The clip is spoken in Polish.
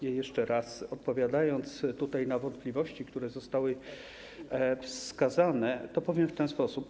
Ja jeszcze raz, odpowiadając tutaj na wątpliwości, które zostały wskazane, powiem w ten sposób.